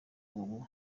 ubu